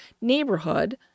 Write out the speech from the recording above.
neighborhood